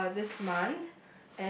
uh this month